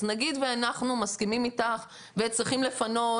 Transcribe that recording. אז נגיד ואנחנו מסכימים איתך והם צריכים לפנות,